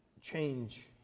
change